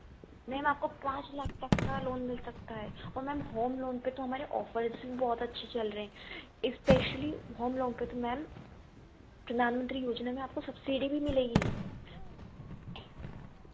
ma'am आपको पाँच लाख तक का लोन मिल सकता है और मैम होम लोन पर तो हमारे ऑफर्स भी बहुत अच्छे चल रहें इस्पेशली होम लोन पर तो मैम प्रधानमंत्री योजना में आपको सब्सिडी भी मिलेगी